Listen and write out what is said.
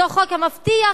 אותו חוק המבטיח